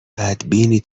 بدبینی